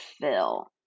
fill